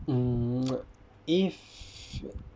mm if